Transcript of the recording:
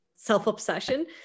self-obsession